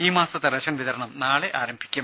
ഈ മാസത്തെ റേഷൻ വിതരണം നാളെ ആരംഭിക്കും